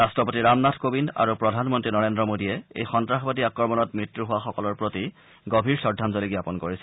ৰাট্টপতি ৰামনাথ কোবিন্দ আৰু প্ৰধানমন্ত্ৰী নৰেন্দ্ৰ মোদীয়ে এই সন্ত্ৰাসবাদী আক্ৰমণত মৃত্যু হোৱা সকলৰ প্ৰতি গভীৰ শ্ৰদ্ধাঞ্জলি জাপন কৰিছে